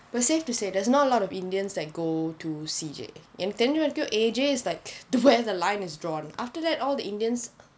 but safe to say there's not a lot of indians that go to C_J எனக்கு தெரிஞ்ச வரைக்கும்:enakku therinja varaikkum A_J is like where the line is drawn after that all the indians